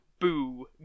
Boo